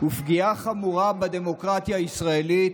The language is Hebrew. ופגיעה חמורה בדמוקרטיה הישראלית.